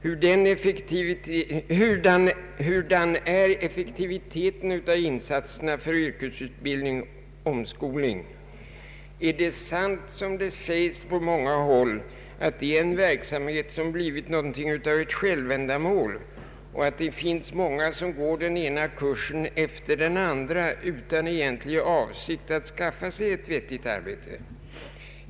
Hur effektiva är insatserna för yrkesutbildning och omskolning? Är det sant, som det säges på många håll, att det är en verksamhet som blivit något av ett självändamål och att det finns många som går den ena kursen efter den andra utan egentlig avsikt att skaffa sig ett vettigt arbete?